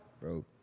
Bro